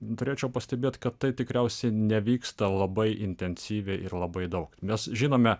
turėčiau pastebėt kad tai tikriausiai nevyksta labai intensyviai ir labai daug mes žinome